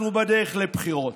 אנחנו בדרך לבחירות.